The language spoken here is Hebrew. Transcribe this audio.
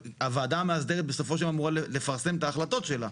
הוועדה המסדרת בסופו של דבר אמורה לפרסם את ההחלטות שלה.